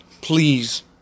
Please